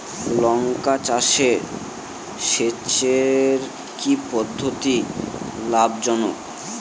লঙ্কা চাষে সেচের কি পদ্ধতি লাভ জনক?